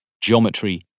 geometry